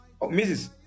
Mrs